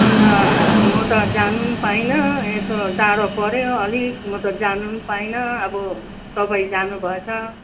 अन्त म त जानु पनि पाइनँ यसो टाडो पऱ्यो अलिक म त जानु पनि पाइनँ अब तपाईँ जानु भएछ